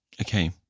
Okay